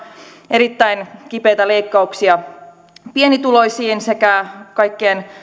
erittäin kipeitä leikkauksia pienituloisiin sekä kaikkien